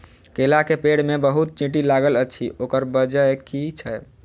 केला केँ पेड़ मे बहुत चींटी लागल अछि, ओकर बजय की छै?